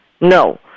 No